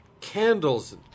candles